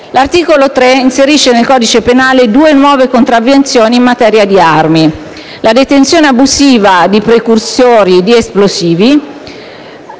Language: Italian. L'articolo 3 inserisce nel codice penale due nuove contravvenzioni in materia di armi: la detenzione abusiva di precursori di esplosivi,